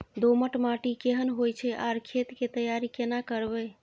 दोमट माटी केहन होय छै आर खेत के तैयारी केना करबै?